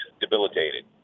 debilitated